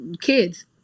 kids